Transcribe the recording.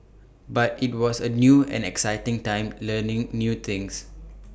but IT was A new and exciting time learning new things